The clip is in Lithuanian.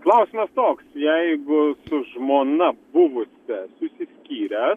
klausimas toks jeigu su žmona buvusia išsiskyrę